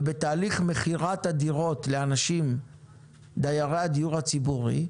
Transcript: ובתהליך מכירת הדירות לאנשים דיירי הדיור הציבורי,